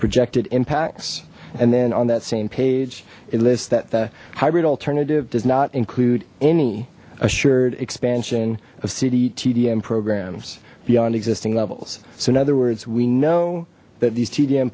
projected impacts and then on that same page a list that the hybrid alternative does not include any assured expansion of city tdm programs beyond existing levels so in other words we know that these t